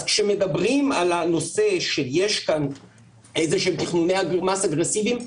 אז כשמדברים על הנושא שיש כאן איזשהם תכנוני מס אגרסיביים,